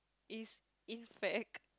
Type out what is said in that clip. is in fact